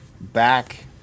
back